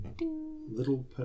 little